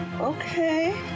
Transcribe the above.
Okay